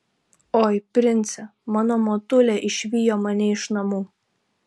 oi prince mano motulė išvijo mane iš namų